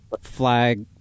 flag